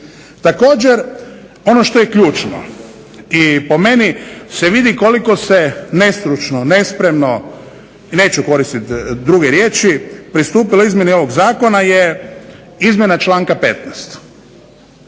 Također, ono što je ključno i po meni se vidi koliko se nestručno, nespremno, neću koristiti druge riječi, pristupilo izmjeni ovog zakona je izmjena članka 15.